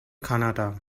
kanada